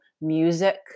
music